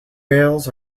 rails